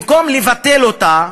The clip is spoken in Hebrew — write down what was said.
במקום לבטל אותה,